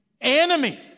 enemy